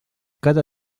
cada